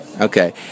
Okay